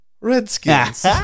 Redskins